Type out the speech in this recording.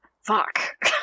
Fuck